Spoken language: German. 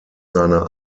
seiner